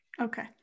Okay